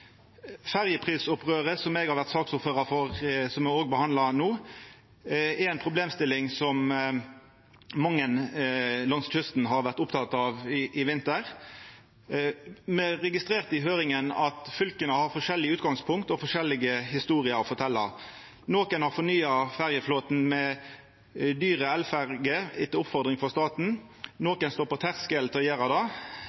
Ferjeprisopprøret, som eg har vore saksordførar for, og som me òg behandlar no, er ei problemstilling som mange langs kysten har vore opptekne av i vinter. Me registrerte i høyringa at fylka har forskjellige utgangspunkt og forskjellige historier å fortelja. Nokon har fornya ferjeflåten med dyre elferjer etter oppmoding frå staten,